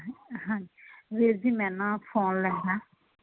ਹਾਂਜੀ ਵੀਰ ਜੀ ਮੈਂ ਨਾ ਫੋਨ ਲੈਣਾ